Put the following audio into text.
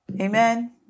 Amen